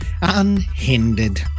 unhindered